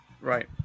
Right